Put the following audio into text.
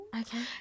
Okay